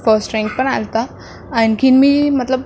first rank पण आला होता आणखीन मी मतलब